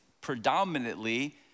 predominantly